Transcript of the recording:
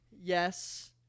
Yes